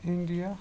India